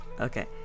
Okay